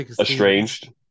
estranged